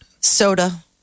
soda